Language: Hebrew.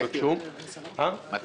ונראה אם מרמים אותנו פעם נוספת.